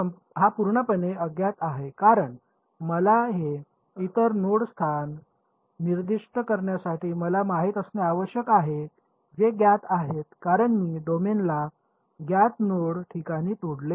हा पूर्णपणे ज्ञात आहे कारण मला हे इतर नोड स्थान निर्दिष्ट करण्यासाठी मला माहित असणे आवश्यक आहे जे ज्ञात आहेत कारण मी डोमेनला ज्ञात नोड ठिकाणी तोडले आहे